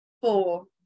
four